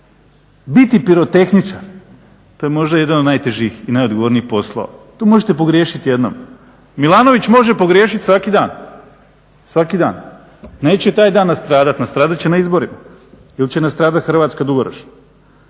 Biti pirotehničar, to je možda jedan od najtežih i najodgovornijih poslova. Tu možete pogriješit jednom. Milanović može pogriješit svaki dan, neće taj dan nastradat, nastradat će na izborima ili će nastradat Hrvatska …, ali